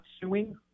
suing